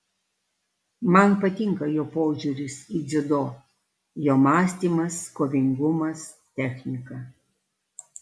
man patinka jo požiūris į dziudo jo mąstymas kovingumas technika